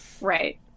right